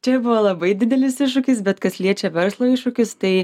čia buvo labai didelis iššūkis bet kas liečia verslo iššūkius tai